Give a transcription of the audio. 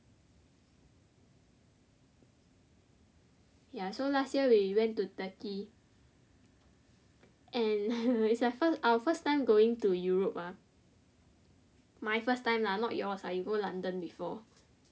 ya so last year we went to Turkey and it's a~ our first time going to Europe mah my first time lah not yours lah you go London before